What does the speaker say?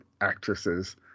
actresses